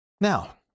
Now